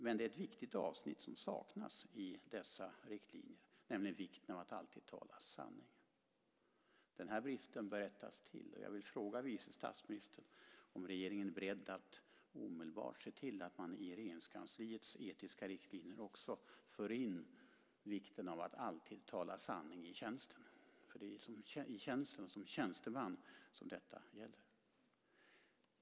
Men det är ett viktigt avsnitt som saknas i dessa riktlinjer, nämligen vikten av att alltid tala sanning. Den bristen bör rättas till. Jag vill fråga vice statsministern om regeringen är beredd att omedelbart se till att man i Regeringskansliets etiska riktlinjer också för in vikten av att alltid tala sanning i tjänsten. Det är i tjänsten, som tjänsteman, som detta gäller.